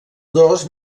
dos